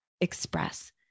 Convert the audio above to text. express